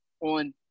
on